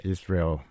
Israel